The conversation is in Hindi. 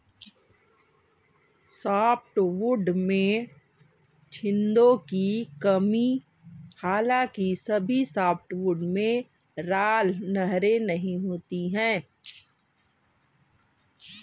सॉफ्टवुड में छिद्रों की कमी हालांकि सभी सॉफ्टवुड में राल नहरें नहीं होती है